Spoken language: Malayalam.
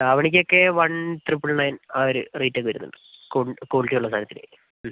ധാവണിക്കൊക്കെ വൺ ത്രിബിൾ ണെയൻ ആ ഒരു റേറ്റൊക്കെ വരുന്നുണ്ട് കോ ക്വാളിറ്റി ഉള്ള സാധനത്തിന്